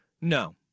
No